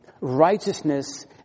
righteousness